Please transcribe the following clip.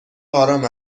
آرام